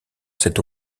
cette